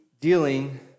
dealing